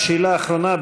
שאלה אחרונה,